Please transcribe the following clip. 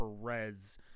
Perez